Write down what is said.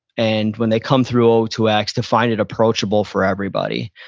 and when they come through o two x to find it approachable for everybody.